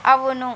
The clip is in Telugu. అవును